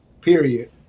period